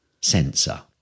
sensor